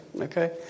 Okay